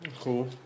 Cool